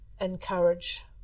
encourage